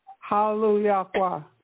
Hallelujah